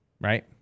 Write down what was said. right